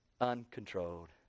uncontrolled